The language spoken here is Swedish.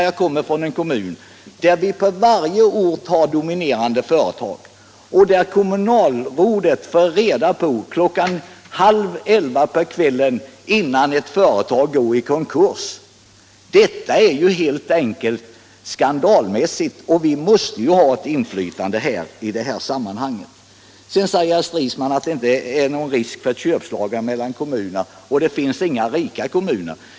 Jag kommer från en kommun med dominerande företag, där kommunalrådet klockan halv elva på kvällen fick reda på att ett företag dagen därpå skulle gå i konkurs. Det är helt enkelt skandalöst, och vi måste få ett större inflytande i sådana sammanhang. Sedan säger herr Stridsman att det inte är någon risk för köpslagan mellan kommunerna och att det inte finns några rika kommuner.